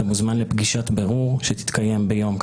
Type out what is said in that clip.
אתה מוזמן לפגישת בירור שתתקיים ביום.......